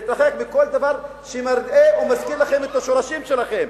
להתרחק מכל דבר שמראה ומזכיר לכם את השורשים שלכם,